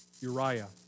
Uriah